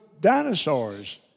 dinosaurs